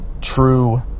true